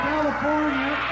California